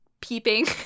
peeping